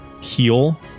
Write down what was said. heal